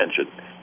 attention